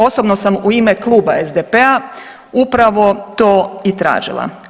Osobno sam u ime Kluba SDP-a upravo to i tražila.